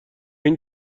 این